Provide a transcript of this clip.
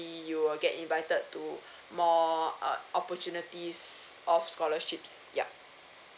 you will get invited to more err opportunities of scholarships yup